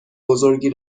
بزرگی